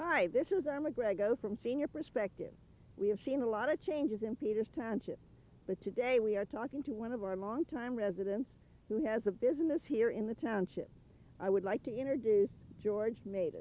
hi this is i'm a grego from sr perspective we have seen a lot of changes in peters township but today we are talking to one of our longtime residents who has a business here in the township i would like to introduce george made